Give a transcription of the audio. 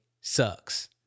sucks